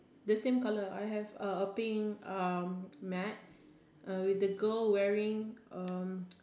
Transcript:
the same colour I have a a pink um mat uh with the girl wearing um